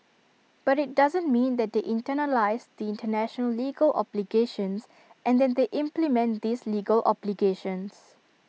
but IT doesn't mean that they internalise the International legal obligations and that they implement these legal obligations